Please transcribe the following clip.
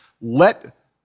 let